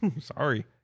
sorry